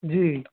जी